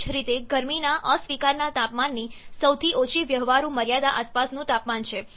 તેવી જ રીતે ગરમીના અસ્વીકારના તાપમાનની સૌથી ઓછી વ્યવહારુ મર્યાદા આસપાસનું તાપમાન છે